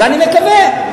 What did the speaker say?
ואני מקווה,